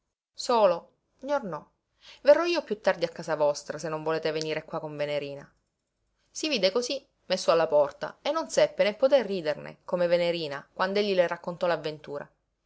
sospettare solo gnornò verrò io piú tardi a casa vostra se non volete venire qua con venerina si vide cosí messo alla porta e non seppe né poté riderne come venerina quand'egli le raccontò